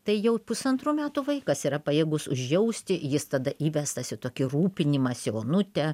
tai jau pusantrų metų vaikas yra pajėgus užjausti jis tada įvestas į tokį rūpinimąsi onute